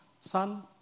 son